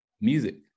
Music